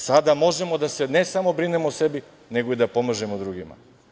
Sada možemo ne samo da brinemo o sebi, nego i da pomažemo drugima.